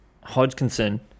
Hodgkinson